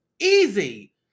Easy